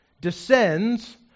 descends